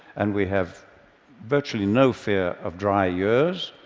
and we have virtually no fear of dry years.